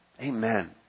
Amen